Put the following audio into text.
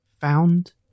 Found